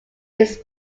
its